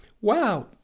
Wow